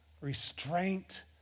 restraint